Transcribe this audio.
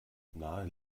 nahe